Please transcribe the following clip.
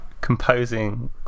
composing